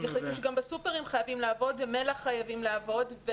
יכולים להחליט שגם בסופרמרקטים חייבים לעבוד ומל"ח חייבים לעבוד.